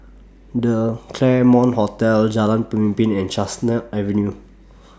The Claremont Hotel Jalan Pemimpin and Chestnut Avenue